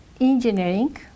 engineering